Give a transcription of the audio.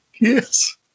Yes